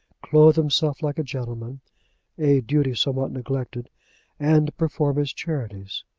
clothe himself like a gentleman a duty somewhat neglected and perform his charities!